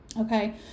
okay